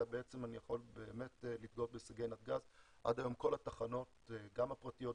אלא עד היום כל התחנות גם הפרטיות,